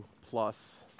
plus